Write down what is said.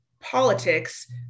politics